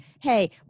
Hey